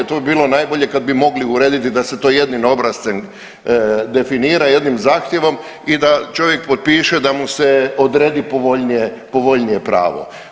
Tu bi bilo najbolje kad bi mogli urediti da se to jednim obrascem definira, jednim zahtjevom i da čovjek potpiše da mu se odredi povoljnije pravo.